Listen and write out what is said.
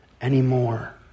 anymore